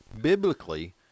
biblically